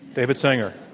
david sanger.